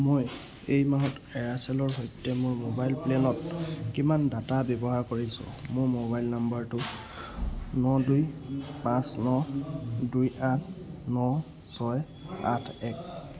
মই এই মাহত এয়াৰচেলৰ সৈতে মোৰ মোবাইল প্লেনত কিমান ডাটা ব্যৱহাৰ কৰিছো মোৰ মোবাইল নাম্বাৰটো ন দুই পাঁচ ন দুই আঠ ন ছয় আঠ এক